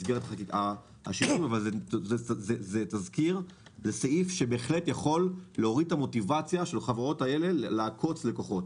זה סעיף שבהחלט יכול להוריד את המוטיבציה של החברות הללו לעקוץ לקוחות,